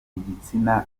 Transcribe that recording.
igitsina